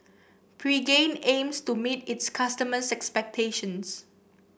Pregain aims to meet its customers' expectations